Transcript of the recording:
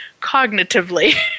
cognitively